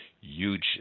huge